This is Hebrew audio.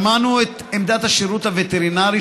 שמענו את עמדת השירות הווטרינרי,